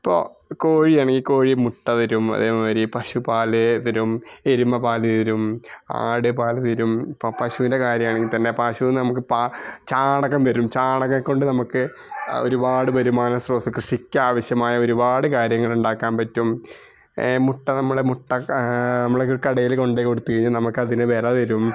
ഇപ്പോൾ കോഴിയാണെങ്കിൽ കോഴി മുട്ട വരും അതേമാതിരി പശു പാൽ തരും എരുമ പാൽ തരും ആട് പാൽ തരും പശുവിന്റെ കാര്യമാണെങ്കിൽ തന്നെ പശുവിന് നമുക്ക് പാ ചാണകം തരും ചാണകം കൊണ്ട് നമുക്ക് ഒരുപാട് വരുമാന സ്രോതസ്സ് കൃഷിക്ക് ആവശ്യമായ ഒരുപാട് കാര്യങ്ങൾ ഉണ്ടാക്കാൻ പറ്റും മുട്ട നമ്മൾ മുട്ട നമ്മൾ കടയിൽ കൊണ്ടുപോയി കൊടുത്തു കഴിഞ്ഞാൽ നമുക്ക് അതിന് വില തരും